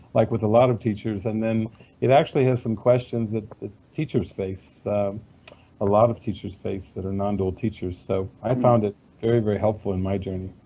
like with a lot of teachers. and then it actually has some questions that teachers face a lot of teachers face, that are nondual teachers so i found it very, very helpful in my journey.